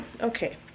okay